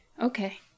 okay